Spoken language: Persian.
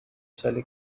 ساله